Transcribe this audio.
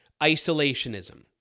isolationism